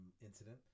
incident